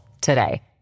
today